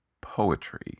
poetry